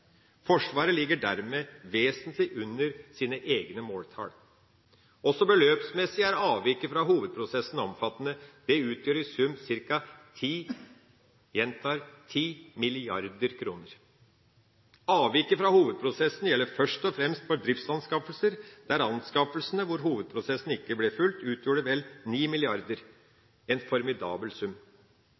Forsvaret ligger dermed vesentlig under sine egne måltall. Også beløpsmessig er avviket fra hovedprosessen omfattende: Det utgjør i sum ca. 10 mrd. kr – jeg gjentar 10 mrd. kr. Avviket fra hovedprosessen gjelder først og fremst for driftsanskaffelser, der anskaffelsene hvor hovedprosessen ikke ble fulgt, utgjorde vel 9 mrd. kr – en formidabel sum.